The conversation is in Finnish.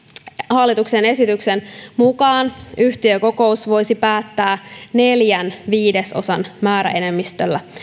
hallituksen esityksen mukaan yhtiökokous voisi siis päättää neljän viidesosan määräenemmistöllä